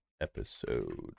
episode